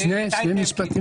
שני משפטים